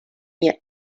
mia